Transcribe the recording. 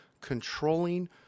controlling –